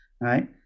right